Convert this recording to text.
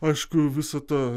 aišku visą tą